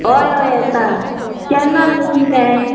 हय हय येता केन्ना लगीन तें